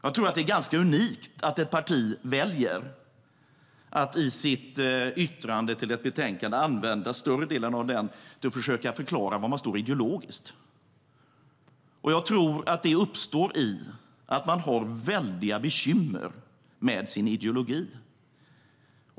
Jag tror att det är ganska unikt att ett parti väljer att använda större delen av sitt yttrande i ett betänkande till att försöka förklara var man står ideologiskt. Jag tror att det uppstår i att man har väldiga bekymmer med sin ideologi.